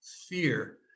fear